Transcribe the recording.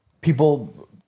people